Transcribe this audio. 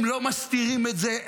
הם לא מסתירים את זה.